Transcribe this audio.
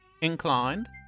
inclined